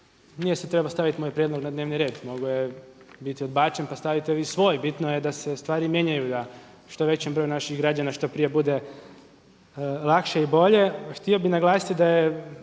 Nije se trebao staviti moj prijedlog na dnevni red, mogao je biti odbačen pa stavite vi svoj. Bitno je da se stvari mijenjaju i da što većem broju naših građana što prije bude lakše i bolje.